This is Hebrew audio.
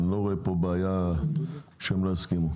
אני לא רואה כאן בעיה שהם לא יסכימו.